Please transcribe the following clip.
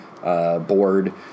Board